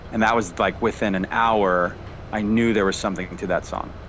and that was like within an hour i knew there was something to that song.